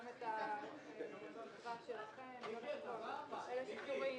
גם את אלה שפטורים,